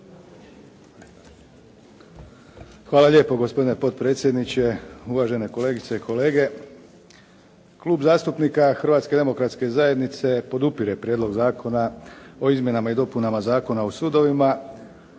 Hvala lijepo gospodine potpredsjedniče, uvažene kolegice i kolege. Klub zastupnika Hrvatske demokratske zajednice podupire Prijedlog zakona o izmjenama i dopunama Zakona o sudovima.